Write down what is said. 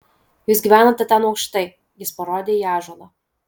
jūs gyvenate ten aukštai jis parodė į ąžuolą